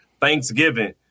thanksgiving